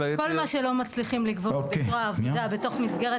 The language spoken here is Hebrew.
כל מה שלא מצליחים לגבות בזרוע העבודה בתוך מסגרת